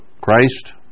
Christ